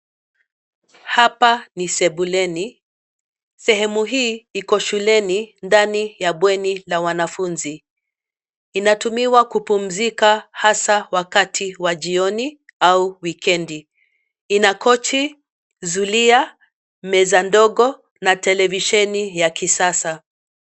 Hapa ni sebuleni, sehemu hii iko shuleni ndani ya bweni la wanafunzi. Inatumiwa kupumzika hasa wakati ya jioni au wikendi. Ina kochi, zulia, meza ndogo na televisheni ya kisasa.